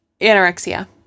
Anorexia